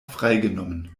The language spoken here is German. freigenommen